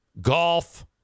golf